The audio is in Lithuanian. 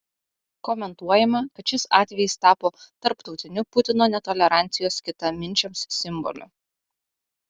komentuojama kad šis atvejis tapo tarptautiniu putino netolerancijos kitaminčiams simboliu